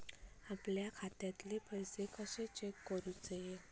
आपल्या खात्यातले पैसे कशे चेक करुचे?